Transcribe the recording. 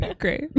great